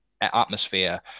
atmosphere